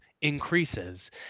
increases